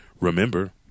Remember